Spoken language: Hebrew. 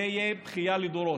זה יהיה בכייה לדורות.